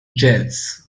jazz